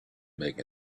make